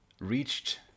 reached